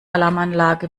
alarmanlage